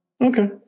Okay